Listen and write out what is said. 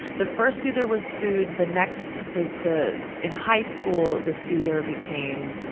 the first soother was food. the next, the, the in high school, the soother became,